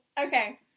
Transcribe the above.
Okay